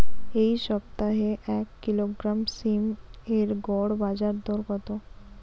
এই সপ্তাহে এক কিলোগ্রাম সীম এর গড় বাজার দর কত?